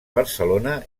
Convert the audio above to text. barcelona